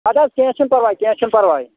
اَدٕ حظ کینٛہہ چھِنہٕ پَرواے کینٛہہ چھُنہٕ پَرواے